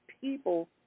people